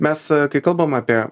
mes kai kalbam apie